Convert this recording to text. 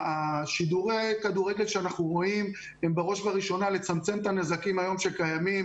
שידורי הכדורגל שאנחנו רואים הם בראש ובראשונה לצמצם את הנזקים שקיימים.